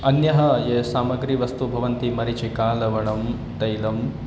अन्ये ये सामग्र्यः वस्तूनि भवन्ति मरिचिका लवणं तैलं